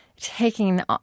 taking